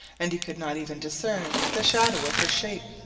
and he could not even discern the shadow of her shape.